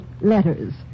letters